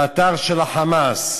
באתר של ה"חמאס".